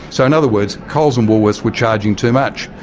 so in other words, coles and woolworths were charging too much.